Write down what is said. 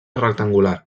rectangular